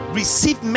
receive